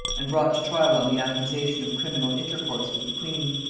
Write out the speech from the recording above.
and brought to trial on the accusation of criminal intercourse with the queen.